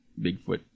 Bigfoot